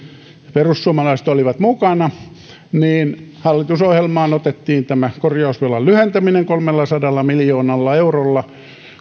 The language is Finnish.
perussuomalaiset olivat mukana niin hallitusohjelmaan otettiin tämä korjausvelan lyhentäminen kolmellasadalla miljoonalla eurolla